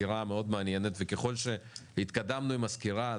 סקירה מאוד מעניינית וככל שהתקדמו עם הסקירה,